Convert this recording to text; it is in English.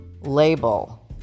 label